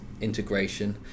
integration